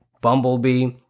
Bumblebee